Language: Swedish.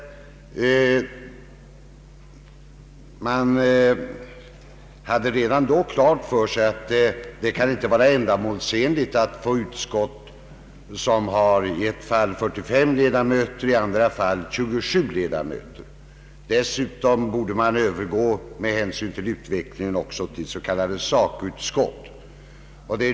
Man hade redan då klart för sig att det inte kunde vara ändamålsenligt att få utskott med i ett fall 45 ledamöter och i andra fall 27 ledamöter. Dessutom borde riksdagen med hänsyn till utvecklingen övergå till s.k. sakutskott.